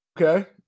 okay